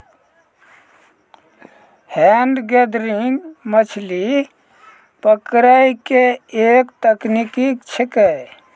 hand gathering मछली पकड़ै के एक तकनीक छेकै